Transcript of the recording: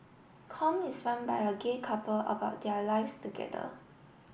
com is run by a gay couple about their lives together